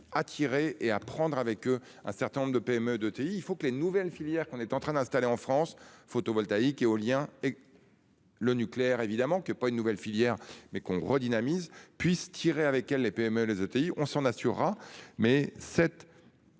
à attirer et à prendre avec un certain nombre de PME de TI. Il faut que les nouvelles filières qu'on est en train d'installer en France photovoltaïque éolien. Le nucléaire évidemment que pas une nouvelle filière mais qu'on redynamise puisse tirer avec elle les PME les ETI, on s'en assurera mais cette.